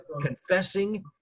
confessing